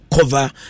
cover